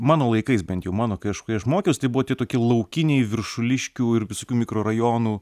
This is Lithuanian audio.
mano laikais bent jau mano kai aš kai aš mokiaus tai buvo tie tokie laukiniai viršuliškių ir visokių mikrorajonų